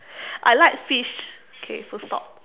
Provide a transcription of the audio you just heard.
I like fish okay full stop